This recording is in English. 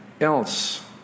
else